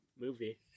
movie